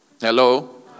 Hello